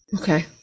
Okay